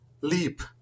leap